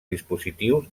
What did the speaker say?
dispositius